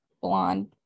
blonde